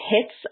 hits